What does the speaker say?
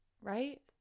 Right